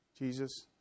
Jesus